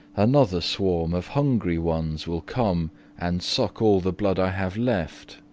another swarm of hungry ones will come and suck all the blood i have left,